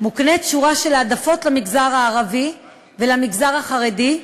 מוקנית שורה של העדפות למגזר הערבי ולמגזר החרדי,